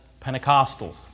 Pentecostals